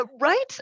Right